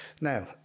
Now